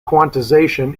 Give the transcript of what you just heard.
quantization